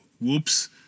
whoops